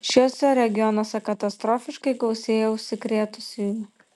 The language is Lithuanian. šiuose regionuose katastrofiškai gausėja užsikrėtusiųjų